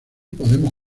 podemos